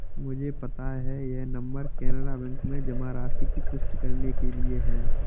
मुझे पता है यह नंबर कैनरा बैंक में जमा राशि की पुष्टि करने के लिए है